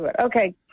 Okay